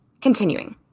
Continuing